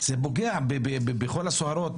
זה פוגע בכל הסוהרות,